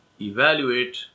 evaluate